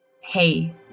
hey